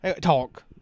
Talk